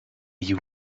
you